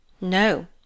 No